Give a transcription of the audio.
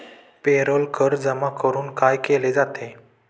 Payroll कर जमा करून काय केले जाते?